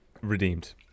redeemed